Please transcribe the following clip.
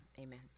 amen